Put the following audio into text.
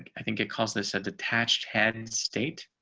i think it calls this a detached head and state,